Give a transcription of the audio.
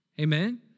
Amen